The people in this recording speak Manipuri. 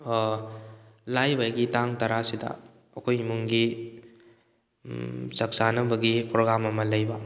ꯂꯥꯛꯏꯕ ꯑꯩꯒꯤ ꯇꯥꯡ ꯇꯔꯥꯁꯤꯗ ꯑꯩꯈꯣꯏ ꯏꯃꯨꯡꯒꯤ ꯆꯛ ꯆꯥꯅꯕꯒꯤ ꯄ꯭ꯔꯣꯒ꯭ꯔꯥꯝ ꯑꯃ ꯂꯩꯕ